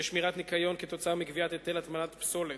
לשמירת ניקיון, כתוצאה מגביית היטל הטמנת פסולת.